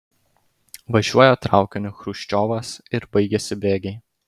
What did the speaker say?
važiuoja traukiniu chruščiovas ir baigiasi bėgiai